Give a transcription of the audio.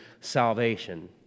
salvation